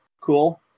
Cool